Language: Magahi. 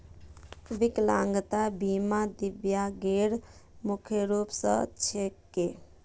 विकलांगता बीमा दिव्यांगेर मुख्य रूप स छिके